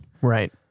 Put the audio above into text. Right